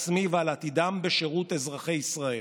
בהישגים שלה, ויש הישגים,